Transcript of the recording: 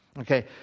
Okay